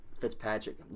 Fitzpatrick